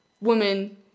woman